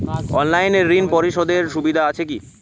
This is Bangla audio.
অনলাইনে ঋণ পরিশধের সুবিধা আছে কি?